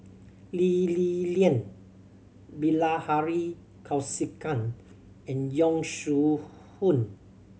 Lee Li Lian Bilahari Kausikan and Yong Shu Hoong